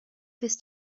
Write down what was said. this